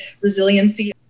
resiliency